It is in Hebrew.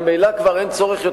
ממילא כבר אין צורך בחיסיון,